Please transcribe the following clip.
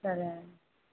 సరే అండి